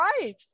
right